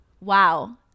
wow